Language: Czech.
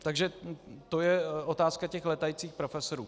Takže to je otázka těch létajících profesorů.